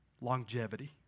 Longevity